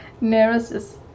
nervous